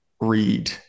read